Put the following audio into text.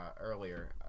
earlier